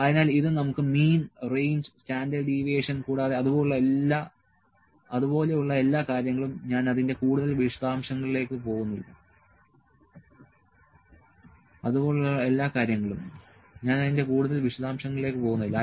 അതിനാൽ ഇത് നമുക്ക് മീൻ റേഞ്ച് സ്റ്റാൻഡേർഡ് ഡീവിയേഷൻ കൂടാതെ അതുപോലെ ഉള്ള എല്ലാ കാര്യങ്ങളും ഞാൻ അതിന്റെ കൂടുതൽ വിശദാംശങ്ങളിലേക്ക് പോകുന്നില്ല